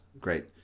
Great